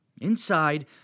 Inside